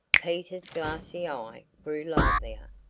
peter's glassy eye grew livelier. ah,